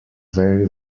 very